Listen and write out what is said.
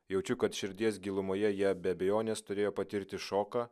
jaučiu kad širdies gilumoje jie be abejonės turėjo patirti šoką